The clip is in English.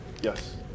Yes